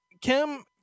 Kim